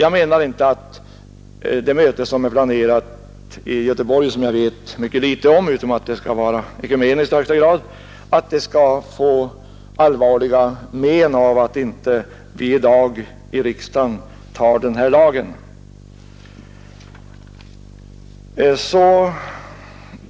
Jag menar att det möte som planeras i Göteborg och som jag vet mycket litet om — utom det att mötet skall bli i allra högsta grad ekumeniskt — inte skulle få några allvarliga men av om vi i dag inte antar detta lagförslag här i riksdagen.